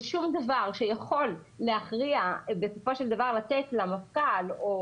שום דבר שיכול להכריע בסופו של דבר לתת למפכ"ל או